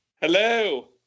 hello